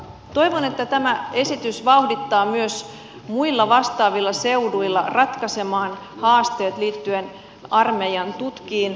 toivon että tämä esitys vauhdittaa myös muilla vastaavilla seuduilla ratkaisemaan haasteet liittyen armeijan tutkiin